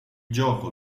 gioco